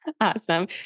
Awesome